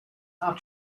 are